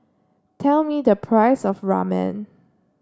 tell me the price of Ramen